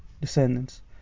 descendants